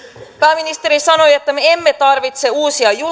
pääministeri sanoi että me emme tarvitse uusia